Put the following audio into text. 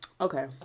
Okay